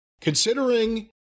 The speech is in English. considering